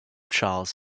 charles